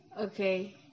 okay